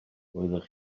roeddech